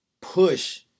push